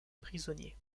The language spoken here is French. prisonnier